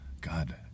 God